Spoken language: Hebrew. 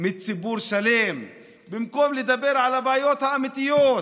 לציבור שלם במקום לדבר על הבעיות האמיתיות: